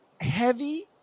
heavy